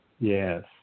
Yes